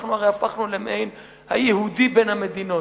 אנחנו הרי הפכנו למעין היהודי בין המדינות.